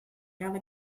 cada